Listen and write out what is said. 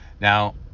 Now